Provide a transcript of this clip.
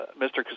Mr